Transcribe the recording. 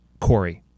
Corey